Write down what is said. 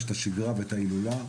יש את השגרה ויש את ההילולה.